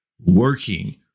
working